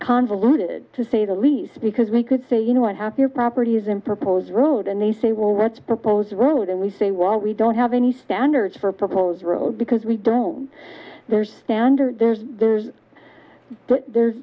convoluted to say the least because we could say you know what have your properties in propose road and they say well let's propose road and we say well we don't have any standards for proposed road because we don't there's standards there's there's there's